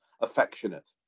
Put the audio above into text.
affectionate